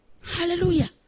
Hallelujah